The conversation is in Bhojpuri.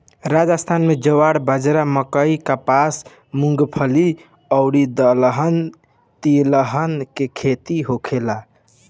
राजस्थान में ज्वार, बाजारा, मकई, कपास, मूंगफली अउरी दलहन तिलहन के खेती होखेला